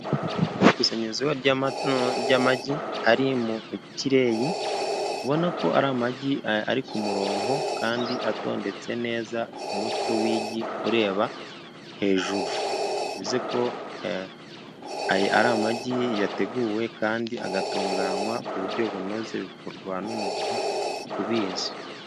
Ikusanyirizo ry'amagi ari mu itureyi, ubona ko ari amagi ari ku murongo ,kandi atondetse neza umutwe w'igi ureba hejuru, uretse ko aya ari amagi yateguwe kandi agatunganywa ku buryo bunoze bikorwa n'umuntu ubizi.